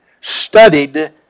studied